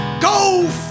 Go